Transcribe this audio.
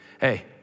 Hey